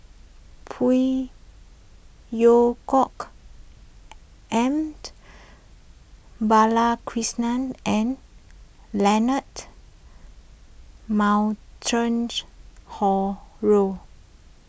Phey Yew Kok M Balakrishnan and Leonard Harrod